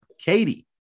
Katie